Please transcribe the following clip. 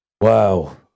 Wow